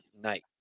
night